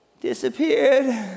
disappeared